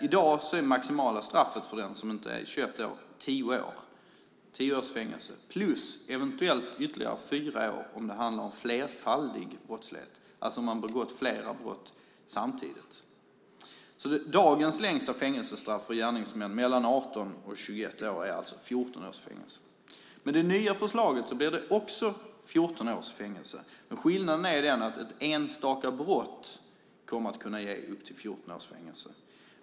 I dag är det maximala straffet för den som inte är 21 år 10 års fängelse plus eventuellt ytterligare 4 år om det handlar om flerfaldig brottslighet, alltså om man har begått fler brott samtidigt. Dagens längsta fängelsestraff för gärningsmän mellan 18 och 21 år är alltså 14 års fängelse. Med det nya förslaget blir det också 14 års fängelse. Men skillnaden är att ett enstaka brott kommer att kunna ge upp till 14 års fängelse.